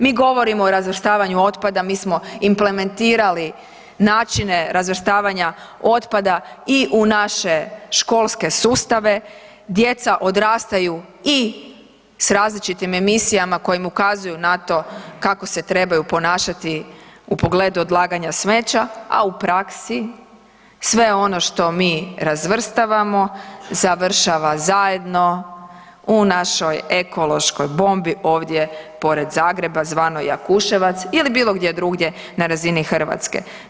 Mi govorimo o razvrstavanju otpada, mi smo implementirali načine razvrstavanja otpada i u naše školske sustave, djeca odrastaju i s različitim emisijama koje im ukazuju na to kako se trebaju ponašati u pogledu odlaganja smeća, a u praksi sve ono što mi razvrstavamo, završava zajedno u našoj ekološkoj bombi ovdje pored Zagreba zvano Jakuševac ili bilo gdje drugdje na razini Hrvatske.